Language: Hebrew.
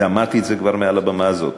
ואמרתי את זה כבר מעל לבמה הזו,